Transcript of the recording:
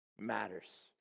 matters